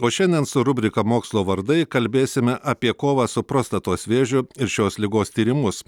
o šiandien su rubrika mokslo vardai kalbėsime apie kovą su prostatos vėžiu ir šios ligos tyrimus